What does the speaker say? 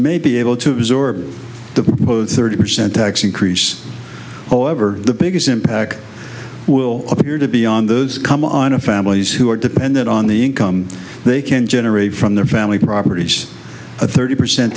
may be able to absorb the thirty percent tax increase however the biggest impact will appear to be on those come on to families who are dependent on the income they can generate from their family properties a thirty percent